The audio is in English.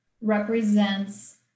represents